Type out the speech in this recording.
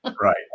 Right